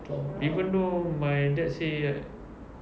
even though my dad say